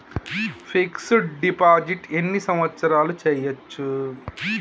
Fix డ్ deposit ఎన్ని సంవత్సరాలు చేయచ్చు?